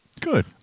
Good